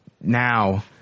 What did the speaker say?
now